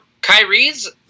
Kyrie's